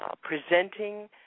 presenting